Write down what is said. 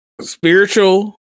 spiritual